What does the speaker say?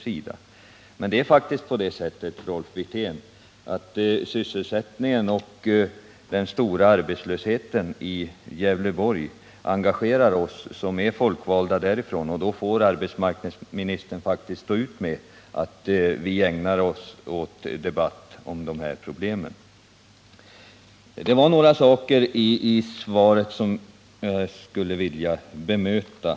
Det är dock faktiskt så, Rolf Wirtén, att sysselsättningen — och den stora arbetslösheten — i Gävleborg engagerar oss som är folkvalda 97 därifrån, och då får arbetsmarknadsministern stå ut med att vi ägnar oss åt debatt om dessa problem. Det var några synpunkter i svaret som jag skulle vilja bemöta.